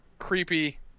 Creepy